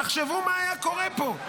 תחשבו מה היה קורה פה,